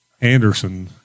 anderson